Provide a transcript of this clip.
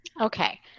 Okay